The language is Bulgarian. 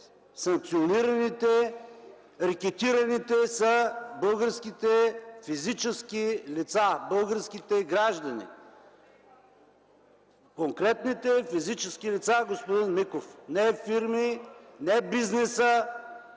санкционираните, рекетираните са българските физически лица, българските граждани. Конкретните физически лица, господин Миков, не фирми, не бизнеса.